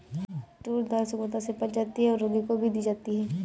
tour दाल सुगमता से पच जाती है और रोगी को भी दी जाती है